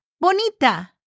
bonita